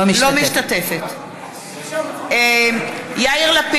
(קוראת בשמות חברי הכנסת) סופה לנדבר,